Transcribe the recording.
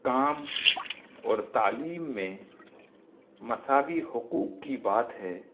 کام اور تعلیم میں مساوی حقوق کی بات ہے